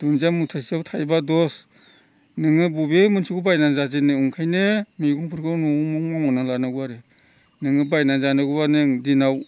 दुन्दिया मुथासेयाव थायबा दस नोङो बबे मोनसेखौ बायनानै जाजेननो ओंखायनो मैगंफोरखौ न'आवनो न'आवनो मावनानै लानांगौ आरो नोङो बायनानै जानांगौबा नों दिनाव